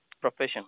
profession